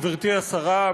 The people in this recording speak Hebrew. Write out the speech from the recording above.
גברתי השרה,